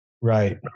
Right